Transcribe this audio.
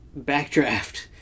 backdraft